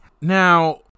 Now